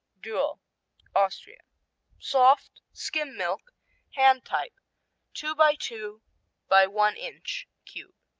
duel austria soft skim milk hand type two by two by one-inch cube.